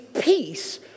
peace